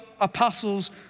apostles